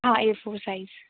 हाँ A for size